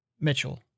Mitchell